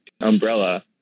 umbrella